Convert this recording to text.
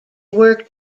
worked